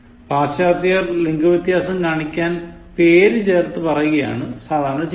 പാശ്ചാത്യർ ലിംഗ വ്യത്യാസം കാണിക്കാൻ പേര് ചേർത്ത് പറയുകയാണ് ചെയ്യുന്നത്